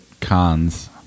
cons